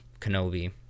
Kenobi